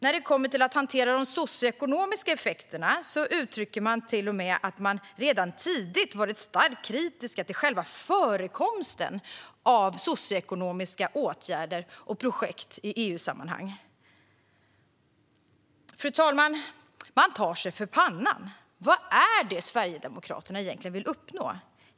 När det kommer till att hantera de socioekonomiska effekterna uttrycker man till och med att man redan tidigt har varit starkt kritiska till själva förekomsten av socioekonomiska åtgärder och projekt i EU-sammanhang. Fru talman! Man tar sig för pannan. Vad är det egentligen Sverigedemokraterna vill uppnå?